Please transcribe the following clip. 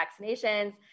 vaccinations